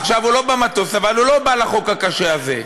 עכשיו הוא לא במטוס, אבל הוא לא בא לחוק הקשה הזה.